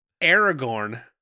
Aragorn